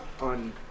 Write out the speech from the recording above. on